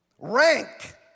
Rank